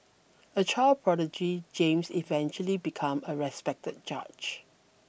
a child prodigy James eventually became a respected judge